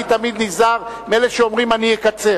אני תמיד נזהר מאלה שאומרים: אני אקצר.